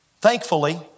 thankfully